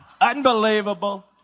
unbelievable